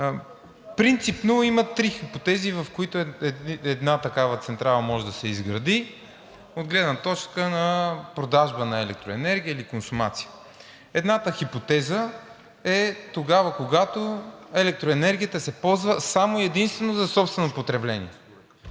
Принципно има три хипотези, в които една такава централа може да се изгради, от гледна точка на продажба на електроенергия или консумация. Едната хипотеза е когато електроенергията се ползва само и единствено за собствено потребление.